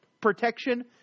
protection